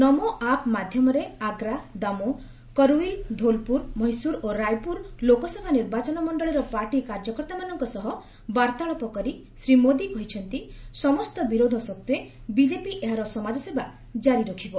ନମୋ app ମାଧ୍ୟମରେ ଆଗ୍ରା ଦାମୋ କରଉଲି ଧୋଲପୁର ମହିଶୁର ଓ ରାୟପ୍ରର ଲୋକସଭା ନିର୍ବାଚନ ମଣ୍ଡଳୀର ପାର୍ଟି କାର୍ଯ୍ୟକର୍ତ୍ତାମାନଙ୍କ ସହ ବାର୍ତ୍ତାଳାପ କରି ଶ୍ରୀମୋଦୀ କହିଛନ୍ତି ସମସ୍ତ ବିରୋଧ ସତ୍ତ୍ୱେ ବିଜେପି ଏହା ସମାଜସେବା କାରି ରଖିବ